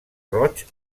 roig